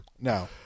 no